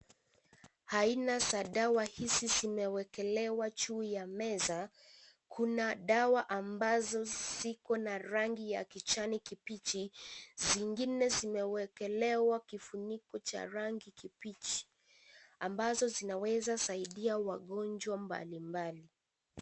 Aina za dawa hizi zimewekelewa mkuu ya meza ,kuna dawa ambazo ziko na rangi ya kijani kibichi , zingine zimewekelewa kifuniko cha rangi kibichi ambazo zinaweza saidia wagonjwa mbalimbali.